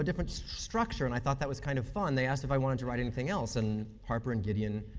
different so structure, and i thought that was kind of fun, they asked if if i wanted to write anything else, and harper and gideon,